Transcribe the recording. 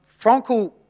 Frankel